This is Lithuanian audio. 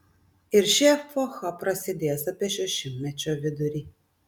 ir ši epocha prasidės apie šio šimtmečio vidurį